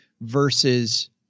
versus